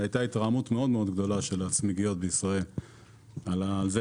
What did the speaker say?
הייתה התרעמות מאוד מאוד גדולה של הצמיגיות בישראל על כך